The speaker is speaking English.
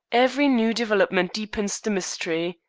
every new development deepens the mystery.